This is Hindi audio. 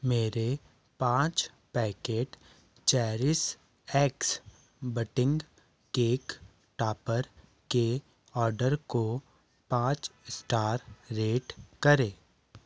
मेरे पाँच packet Cherish X bunting cake topper के ऑर्डर को स्टार पाँच रेट करें